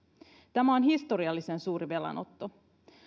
tämä on historiallisen suuri velanotto